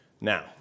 Now